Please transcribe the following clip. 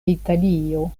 italio